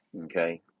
Okay